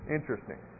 Interesting